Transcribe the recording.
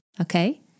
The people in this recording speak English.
Okay